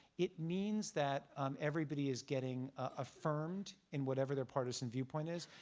it means that everybody is getting affirmed in whatever their partisan viewpoint is.